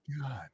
god